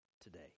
today